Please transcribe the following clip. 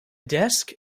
desk